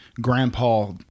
grandpa